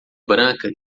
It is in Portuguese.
branca